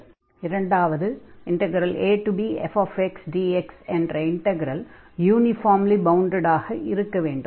இரண்டாவது abfxdx என்ற integral uniformly bounded ஆக இருக்க வேண்டும்